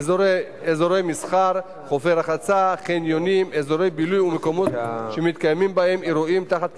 הפרק הראשון נועד לייעל את יכולת